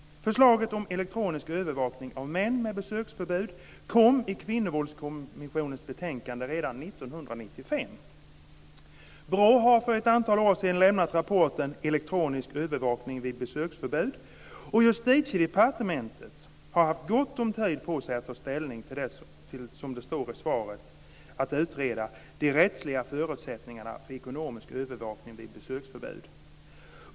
Förslaget om elektronisk övervakning av män med besöksförbud kom i Kvinnovåldskommissionens betänkande redan 1995. BRÅ lämnade för ett antal år sedan rapporten Elektronisk övervakning vid besöksförbud, och Justitiedepartementet har haft gott om tid att, som det står i svaret, utreda de rättsliga förutsättningarna för elektronisk övervakning vid besöksförbud.